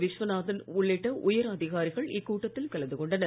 விஸ்வநாதன் உள்ளிட்ட உயர் அதிகாரிகள் இக்கூட்டத்தில் கலந்து கொண்டனர்